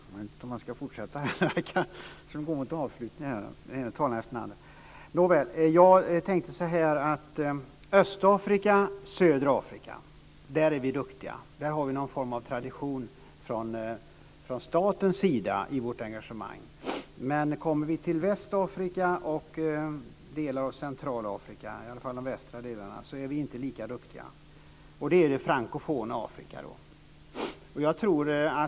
Fru talman! Jag vet inte om jag ska fortsätta debatten. Det känns som att vi går mot ett avslut, den ena talaren efter den andra. I Östafrika och i södra Afrika är vi duktiga. Där har vi någon form av tradition från statens sida i vårt engagemang. Men kommer vi till Västafrika och delar av Centralafrika, i varje fall de västra delarna, är vi inte lika duktiga. Det gäller det frankofona Afrika.